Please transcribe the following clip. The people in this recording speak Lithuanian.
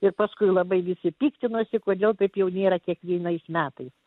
ir paskui labai visi piktinosi kodėl taip jau nėra kiekvienais metais